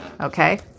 Okay